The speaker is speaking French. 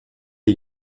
est